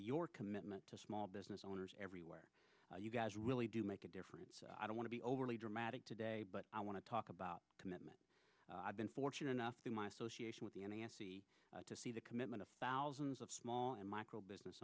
your commitment to small business owners everywhere you guys really do make a difference i don't want to be overly dramatic today but i want to talk about commitment i've been fortunate enough to my association with the n a s to see the commitment of thousands of small and micro business